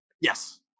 Yes